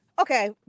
Okay